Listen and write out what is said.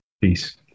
Peace